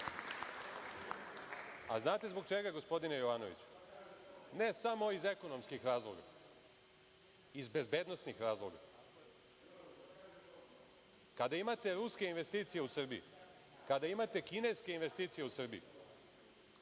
Znate li zbog čega gospodine Jovanoviću? Ne samo zbog ekonomskih razloga, iz bezbednosnih razloga. Kada imate ruske investicije u Srbiji, kada imate kineske investicije u Srbiji,